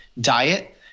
diet –